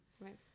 Right